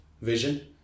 vision